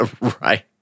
Right